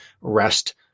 rest